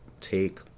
take